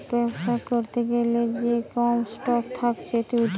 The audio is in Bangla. বেবসা করতে গ্যালে যে কমন স্টক থাকছে